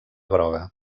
groga